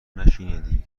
نشنیدی